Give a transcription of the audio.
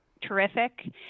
terrific